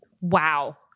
Wow